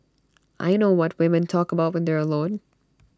I know what women talk about when they're alone